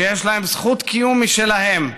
שיש להם זכות קיום שלהם,